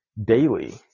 daily